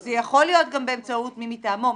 זה יכול להיות גם באמצעות מי מטעמו.